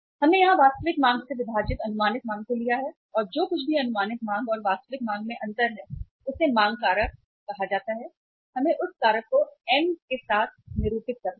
हमने यहां वास्तविक मांग से विभाजित अनुमानित मांग को लिया है और जो कुछ भी अनुमानित मांग और वास्तविक मांग में अंतर है उसे मांग कारक कहा जाता है और हमें उस कारक को एम के साथ निरूपित करते हैं